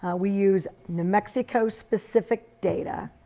ah we use new mexico-specific data.